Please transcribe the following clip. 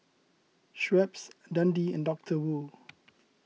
Schweppes Dundee and Doctor Wu